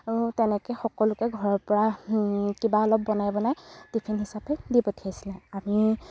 আৰু তেনেকৈ সকলোকে ঘৰৰপৰা কিবা অলপ বনাই বনাই টিফিন হিচাপে দি পঠিয়াইছিলে আমি